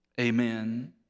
Amen